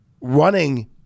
running